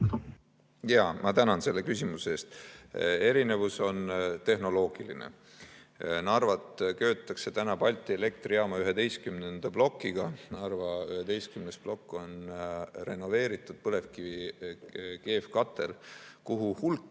Ma tänan selle küsimuse eest! Erinevus on tehnoloogiline. Narvat köetakse täna Balti Elektrijaama 11. plokiga. Narva 11. plokk on renoveeritud põlevkivi keevkihtkatel, kuhu hulka